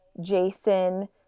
Jason